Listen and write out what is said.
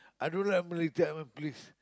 I don't know like Malay style I'm a police